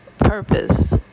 purpose